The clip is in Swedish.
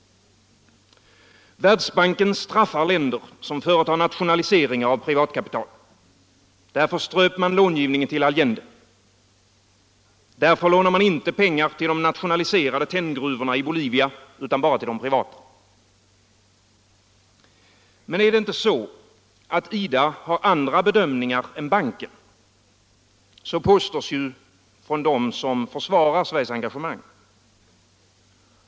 Världsbanken straffar länder som företar nationaliseringar av privatkapital. Därför ströp man långivningen till Allende. Därför lånar man inte pengar till de nationaliserade tenngruvorna i Bolivia utan bara till de privata. Men är det inte så att IDA har andra bedömningar än banken? Så påstås från dem som försvarar Sveriges engagemang.